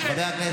חקלאי.